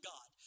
God